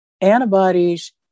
antibodies